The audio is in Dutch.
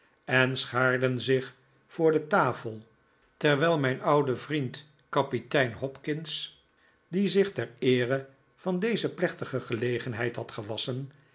en schaarden zich voor de tafel terwijl mijn oude vriend kapitein hopkins die zich ter eere van deze plechtige gelegenheid had gewasschen